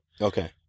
Okay